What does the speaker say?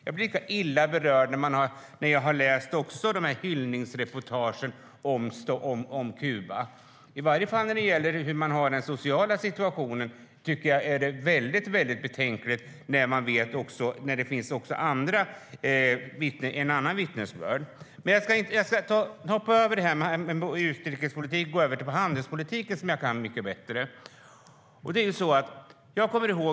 Jag blir lika illa berörd när jag läser hyllningsreportagen om Kuba, i varje fall när det gäller den sociala situationen. Då är det mycket betänkligt, när man vet att det finns också andra vittnesbörd. Men jag ska hoppa över detta med utrikespolitik och gå över till förhandlingspolitik, som jag kan mycket bättre.